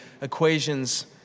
equation's